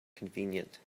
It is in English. convenient